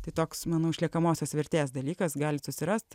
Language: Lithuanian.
tai toks manau išliekamosios vertės dalykas galit susirast